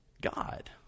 God